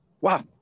Wow